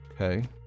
Okay